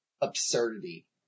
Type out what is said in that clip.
absurdity